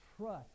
trust